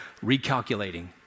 recalculating